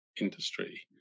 industry